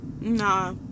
nah